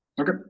Okay